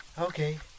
okay